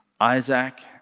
Isaac